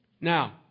Now